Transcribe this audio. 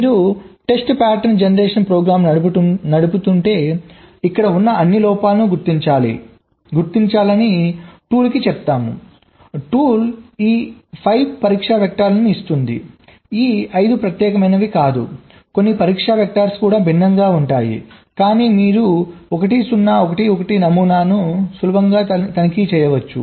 మీరు test pattern generation ప్రోగ్రామ్ను నడుపుతుంటే ఇక్కడ ఉన్న అన్ని లోపాలను గుర్తించాలని టూల్ కి చెప్తాము సాధనం ఈ 5 పరీక్ష వెక్టర్లను ఇస్తుంది ఈ 5 ప్రత్యేకమైనది కాదు కొన్ని పరీక్ష వెక్టర్స్ కూడా భిన్నంగా ఉంటాయి కానీ మీరు ఈ 1 0 1 1 నమూనాను సులభంగా తనిఖీ చేయవచ్చు